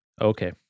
Okay